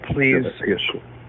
Please